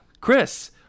Chris